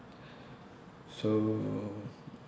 so